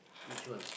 which one